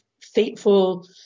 fateful